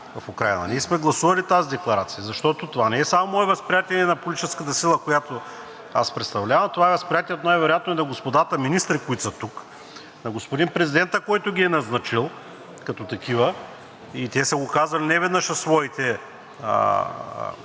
гласували тази декларация, защото това не е само мое възприятие, и на политическата сила, която аз представлявам, а това е възприятие най-вероятно на господата министри, които са тук, на господин президента, който ги е назначил като такива. Те са го казвали неведнъж в своите изказвания,